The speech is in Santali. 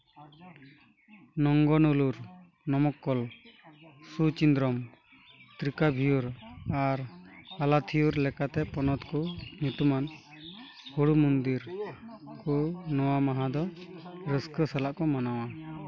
ᱱᱚᱝᱜᱚᱱᱚᱞᱩᱨ ᱱᱚᱢᱚᱠᱠᱚᱞ ᱥᱩᱪᱤᱱᱫᱨᱚᱢ ᱛᱨᱤᱠᱟᱵᱷᱤᱭᱩᱨ ᱟᱨ ᱟᱞᱟᱛᱷᱤᱭᱩᱨ ᱞᱮᱠᱟᱛᱮ ᱯᱚᱱᱚᱛ ᱠᱚ ᱧᱩᱛᱩᱢᱟᱱ ᱦᱩᱲᱩ ᱢᱚᱱᱫᱤᱨ ᱠᱚ ᱱᱚᱣᱟ ᱢᱟᱦᱟ ᱫᱚ ᱨᱟᱹᱥᱠᱟᱹ ᱥᱟᱞᱟᱜ ᱠᱚ ᱢᱟᱱᱟᱣᱟ